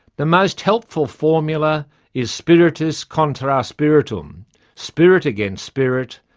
the most helpful formula is spiritus contra spiritum spirit against spirit,